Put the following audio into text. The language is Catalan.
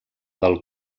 del